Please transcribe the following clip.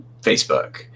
Facebook